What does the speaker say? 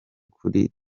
kuri